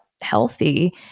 healthy